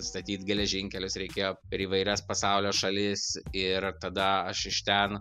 statyt geležinkelius reikėjo per įvairias pasaulio šalis ir tada aš iš ten